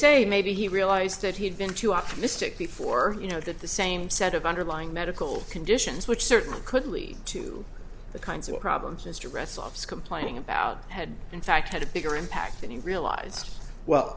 say maybe he realized that he had been too optimistic before you know that the same set of underlying medical conditions which certainly could lead to the kinds of problems as to wrestle complaining about had in fact had a bigger impact than he realized well